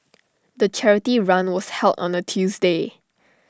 the charity run was held on A Tuesday